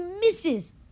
misses